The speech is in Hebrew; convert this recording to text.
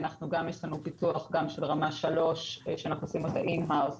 יש לנו פיתוח גם של רמה 3 שאנחנו עושים אותה בחברה עצמה,